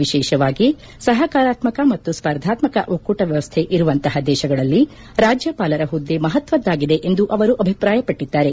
ವಿಶೇಷವಾಗಿ ಸಹಕಾರಾತ್ಮ ಮತ್ತು ಸ್ಪರ್ಧಾತ್ಮಕ ಒಕ್ಕೂಟ ವ್ಯವಸ್ಥೆ ಇರುವಂತಹ ದೇಶಗಳಲ್ಲಿ ರಾಜ್ಯಪಾಲರ ಹುದ್ದೆ ಮಹತ್ವದ್ದಾಗಿದೆ ಎಂದು ಅವರು ಅಭಿಪ್ರಾಯ ಪಟ್ಟಿದ್ದಾರೆ